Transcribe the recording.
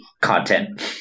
content